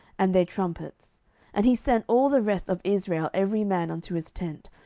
and their trumpets and he sent all the rest of israel every man unto his tent,